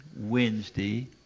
Wednesday